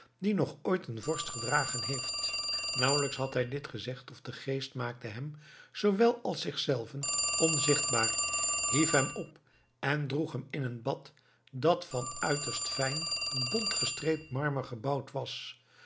die nog ooit een vorst gedragen heeft nauwelijks had hij dit gezegd of de geest maakte hem zoowel als zichzelven onzichtbaar hief hem op en droeg hem in een bad dat van uiterst fijn bontgestreept marmer gebouwd was